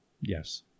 Yes